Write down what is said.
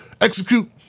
Execute